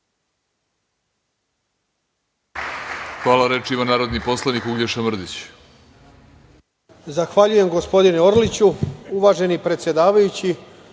Hvala. Reč ima narodni poslanik Uglješa Mrdić.